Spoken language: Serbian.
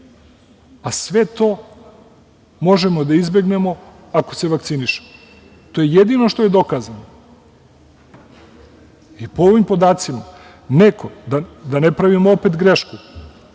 Sve to možemo da izbegnemo ako se vakcinišemo. To je jedino što je dokazano. Po ovim podacima, da ne pravimo opet grešku,